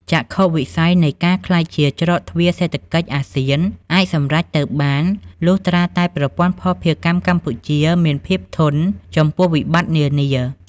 ចក្ខុវិស័យនៃការក្លាយជា "ច្រកទ្វារសេដ្ឋកិច្ចអាស៊ាន" អាចសម្រេចទៅបាន លុះត្រាតែប្រព័ន្ធភស្តុភារកម្មកម្ពុជាមានភាពធន់ ចំពោះវិបត្តិនានា។